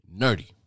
nerdy